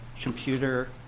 computer